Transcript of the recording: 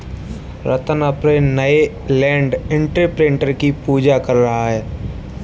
रत्न अपने नए land imprinter की पूजा कर रहा है